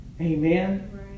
Amen